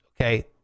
Okay